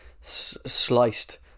sliced